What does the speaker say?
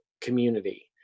community